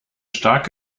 stark